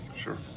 sure